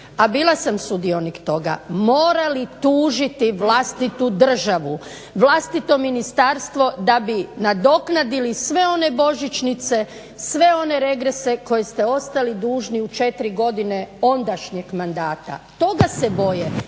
a bila sam sudionik toga, morali tužiti vlastitu državu, vlastito ministarstvo da bi nadoknadili sve one božićnice, sve one regrese koje ste ostali dužni u četiri godine ondašnjeg mandata. Toga se boje,